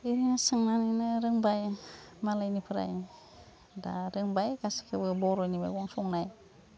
बिदिनो सोंनानैनो रोंबाय मालायनिफ्राय दा रोंबाय गासिबखौबो बर'नि मैगं संनाय